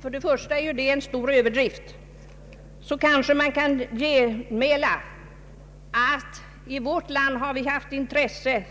För det första är det en stor överdrift, och för det andra kan genmälas att i vårt land har vi haft intresse